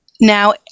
Now